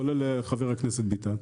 כולל חבר הכנסת ביטן,